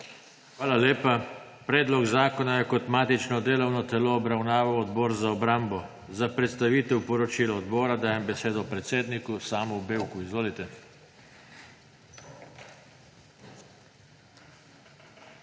Hvala lepa. Predlog zakona je kot matično delovno telo obravnaval Odbor za obrambo. Za predstavitev poročilo odbora dajem besedo predsedniku Samu Bevku. Izvolite.